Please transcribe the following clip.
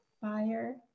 Fire